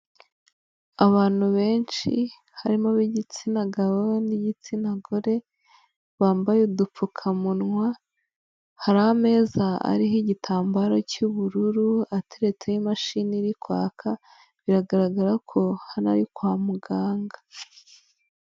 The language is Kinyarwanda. Abantu benshi harimo ab'igitsina gabo n'igitsina gore bambaye udupfukamunwa, hari ameza ariho igitambaro cy'ubururu atereretse imashini iri kwaka, biragaragara ko hano ari kwa muganga.